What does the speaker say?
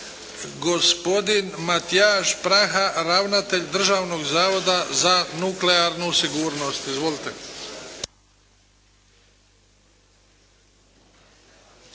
Gospodin Matjaž Praha ravnatelj Državnog zavoda za nuklearnu sigurnost. Izvolite.